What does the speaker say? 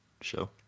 show